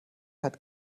hat